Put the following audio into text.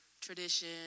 tradition